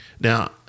Now